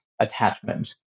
attachment